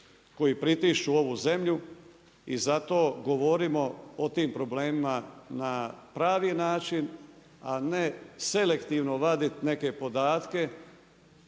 koji pritišću ovu zemlju i zato govorimo o tim problemima na pravi način, a ne selektivno vaditi neke podatke,